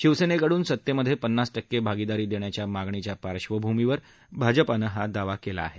शिवसेनेकडून सत्तेमध्ये पन्नास टक्के भागीदारी देण्याच्या मागणीच्या पार्श्वभूमीवर भाजपानं हा दावा केला आहे